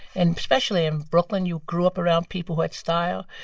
and especially in brooklyn, you grew up around people who had style.